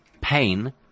pain